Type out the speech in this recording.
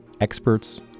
experts